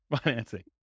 financing